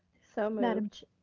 so madam.